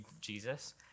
Jesus